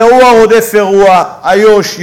אירוע רודף אירוע: איו"ש,